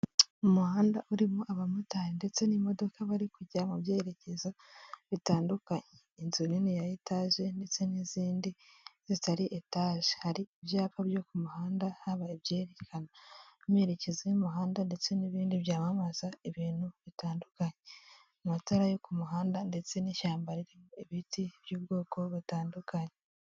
Umuhanda urimo abamotari ndetse n'imodoka bari kujya mu byerekezo bitandukanye, inzu nini ya etage ndetse n'izindi zitari etage, hari ibyapa byo ku muhanda habaye ibyerekana amerekezo y'umuhanda ndetse n'ibindi byamamaza ibintu bitandukanye, amatara yo ku muhanda ndetse n'ishyamba ririmo ibiti by'ubwoko butandukanye.